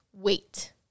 Wait